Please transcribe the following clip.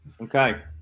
Okay